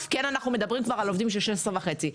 אנחנו כן מדברים על עובדים שנמצאים 16.5 שנים.